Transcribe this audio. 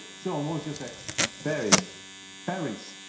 sure moisture sex berries berries.